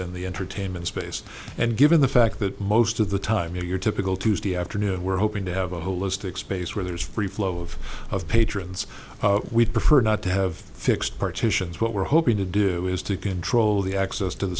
in the entertainment space and given the fact that most of the time in your typical tuesday afternoon we're hoping to have a holistic space where there is free flow of of patrons we'd prefer not to have fixed partitions what we're hoping to do is to control the access to the